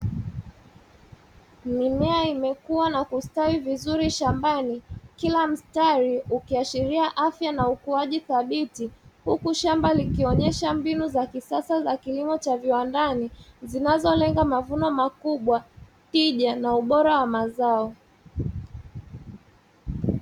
Mimea imekua na kustawi vizuri shambani kila mstari ukiashiria afya na ukuaji thabiti huku shamba likionyesha mbinu za kisasa za kilimo cha viwandani zinazolenga mavuno makubwa, tija na ubora wa mazao.